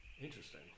Interesting